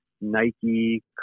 Nike